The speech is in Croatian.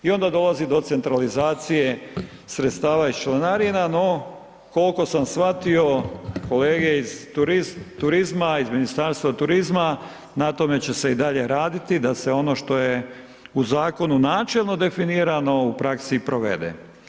I onda dolazi do centralizacije sredstava iz članarina, no kol'ko sam shvatio kolege iz turizma, iz Ministarstva turizma, na tome će se i dalje raditi da se ono što je u Zakonu načelno definirano u praksi i provede.